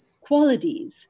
qualities